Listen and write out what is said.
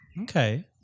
Okay